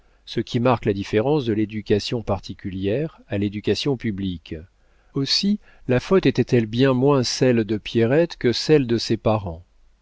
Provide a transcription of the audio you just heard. ce qui marque la différence de l'éducation particulière à l'éducation publique aussi la faute était-elle bien moins celle de pierrette que celle de ses parents